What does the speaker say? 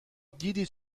دیدی